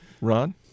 Ron